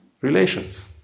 relations